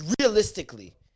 realistically